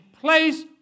place